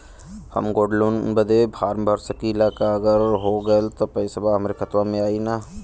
हम gold loan बड़े form भर सकी ला का अगर हो गैल त पेसवा हमरे खतवा में आई ना?